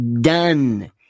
done